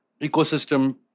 ecosystem